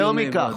יותר מכך,